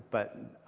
but